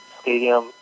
stadium